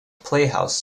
playhouse